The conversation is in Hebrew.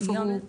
איפה הוא?